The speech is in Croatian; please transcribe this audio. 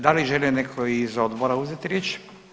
Da li želi netko iz odbora uzeti riječ?